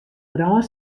brân